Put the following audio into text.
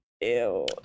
Ew